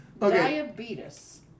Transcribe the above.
Diabetes